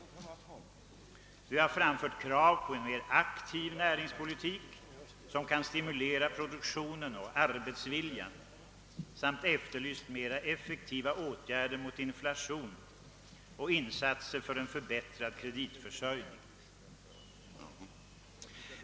Vi har framfört krav på en mer aktiv näringspolitik, som kan stimulera produktionen och arbetsviljan samt har efterlyst mer effektiva åtgärder mot inflationen och insatser för en förbättrad kreditförsörjning.